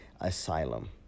asylum